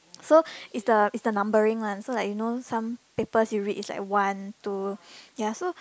so is the is the numbering one so like you know some papers you read is like one two ya so